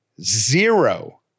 zero